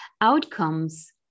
outcomes